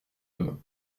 homme